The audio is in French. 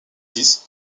dise